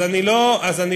אז אני לא אומר,